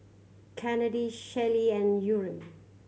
Kennedy Shelli and Yurem